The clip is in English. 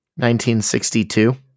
1962